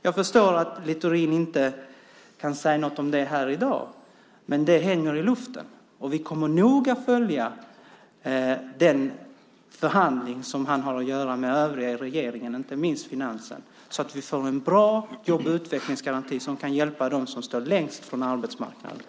Jag förstår att Littorin inte kan säga något om detta i dag, men det hänger i luften, och vi kommer noga att följa den förhandling han har att göra med övriga regeringen, inte minst med Finansen, så att vi får en bra jobb och utvecklingsgaranti som kan hjälpa dem som står längst från arbetsmarknaden.